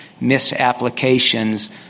misapplications